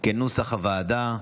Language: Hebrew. כנוסח הוועדה.